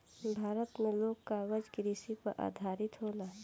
भारत मे लोग कागज कृषि पर आधारित होला